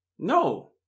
No